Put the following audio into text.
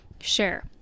share